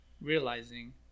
realizing